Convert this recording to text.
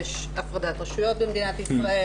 יש הפרדת רשויות במדינת ישראל,